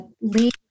lead